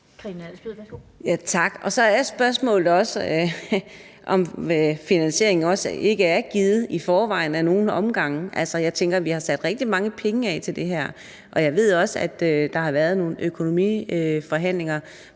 Tak. Så er spørgsmålet også, om finansieringen ikke er givet i forvejen ad nogle omgange. Altså, jeg tænker, at vi har sat rigtig mange penge af til det her, og jeg ved også, at der har været nogle økonomiforhandlinger,